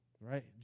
right